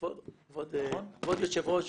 כבוד היושב ראש,